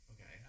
Okay